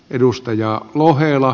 edustaja lohela